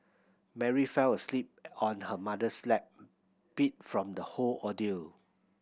Mary fell asleep on her mother's lap beat from the whole ordeal